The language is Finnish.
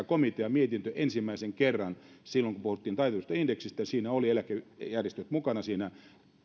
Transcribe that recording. komiteamietintö ensimmäisen kerran silloin kaksituhattakolmetoista kun puhuttiin taitetusta indeksistä ja siinä